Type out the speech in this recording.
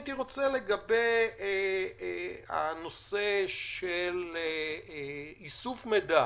הייתי רוצה לדעת לגבי הנושא של איסוף מידע